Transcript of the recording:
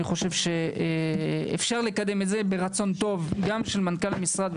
אני חושב שברצון טוב אפשר לקדם את זה של השר ומנכ"ל המשרד,